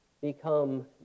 become